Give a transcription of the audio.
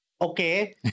Okay